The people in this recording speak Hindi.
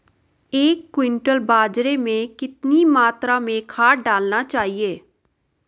एक क्विंटल बाजरे में कितनी मात्रा में खाद डालनी चाहिए?